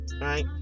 right